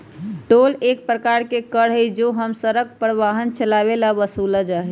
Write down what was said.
toll एक प्रकार के कर हई जो हम सड़क पर वाहन चलावे ला वसूलल जाहई